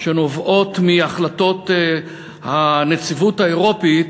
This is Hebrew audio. שנובעות מהחלטות הנציבות האירופית,